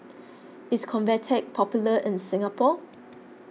is Convatec popular in Singapore